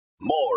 more